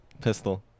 pistol